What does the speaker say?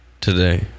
today